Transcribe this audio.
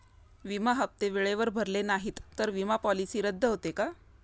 विमा हप्ते वेळेवर भरले नाहीत, तर विमा पॉलिसी रद्द होते का?